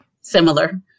similar